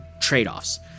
trade-offs